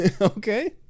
okay